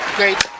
great